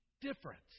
difference